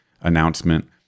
announcement